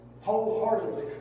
wholeheartedly